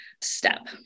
step